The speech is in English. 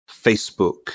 Facebook